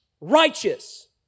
righteous